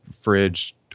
fridge